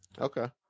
okay